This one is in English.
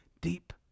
deep